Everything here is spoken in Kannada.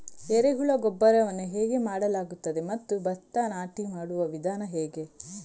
ಎರೆಹುಳು ಗೊಬ್ಬರವನ್ನು ಹೇಗೆ ಮಾಡಲಾಗುತ್ತದೆ ಮತ್ತು ಭತ್ತ ನಾಟಿ ಮಾಡುವ ವಿಧಾನ ಹೇಗೆ?